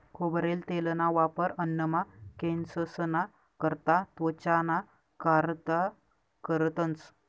खोबरेल तेलना वापर अन्नमा, केंससना करता, त्वचाना कारता करतंस